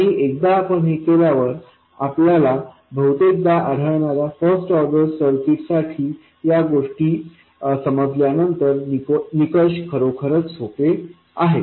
आणि एकदा आपण हे केल्यावर आपल्याला बहुतेकदा आढळणाऱ्या फर्स्ट ऑर्डर सर्किट्स साठी या गोष्टी समजल्यानंतर निकष खरोखरच सोपे आहेत